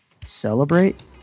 celebrate